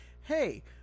Hey